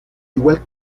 igual